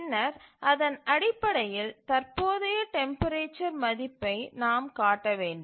பின்னர் அதன் அடிப்படையில் தற்போதைய டெம்பரேச்சர் மதிப்பை நாம் காட்ட வேண்டும்